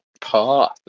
path